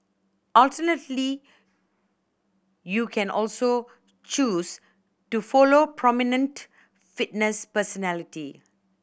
alternatively you can also choose to follow prominent fitness personality